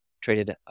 traded